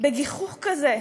בגיחוך כזה,